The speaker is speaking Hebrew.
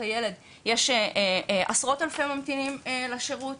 הילד יש עשרות אלפים ממתינים לשירות.